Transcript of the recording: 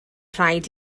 rhaid